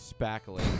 spackling